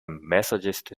methodist